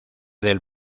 del